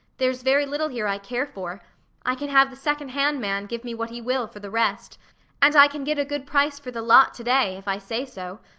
there's very little here i care for i can have the second-hand man give me what he will for the rest and i can get a good price for the lot to-day, if i say so.